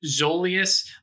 Zolius